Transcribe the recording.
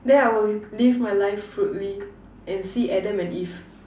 then I will live my life fruitly and see Adam and Eve